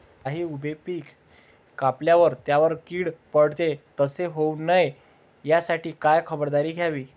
काही उभी पिके कापल्यावर त्यावर कीड पडते, तसे होऊ नये यासाठी काय खबरदारी घ्यावी?